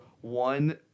one